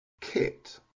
kit